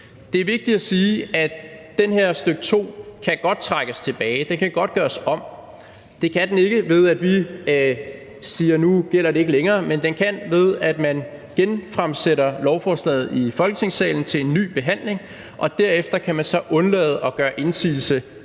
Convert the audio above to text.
Det er vigtigt at sige, at det her stk. 2 godt kan trækkes tilbage. Det kan godt gøres om. Det kan det ikke, ved at vi siger, at nu gælder det ikke længere, men det kan det, ved at man genfremsætter lovforslaget i Folketingssalen til en ny behandling, og derefter kan man så undlade at gøre indsigelse, anden